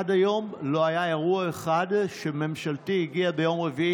עד היום לא היה אירוע אחד שממשלתית הגיעה ביום רביעי,